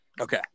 Okay